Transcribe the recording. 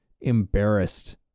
embarrassed